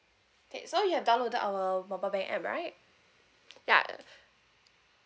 okay so you have downloaded our mobile bank app right ya